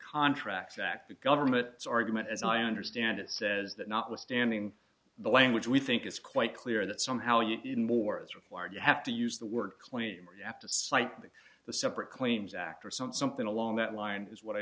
contracts act the government's argument as i understand it says that notwithstanding the language we think it's quite clear that somehow even more is required you have to use the word claim or you have to cite that the separate claims act or some something along that line is what i